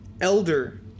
Elder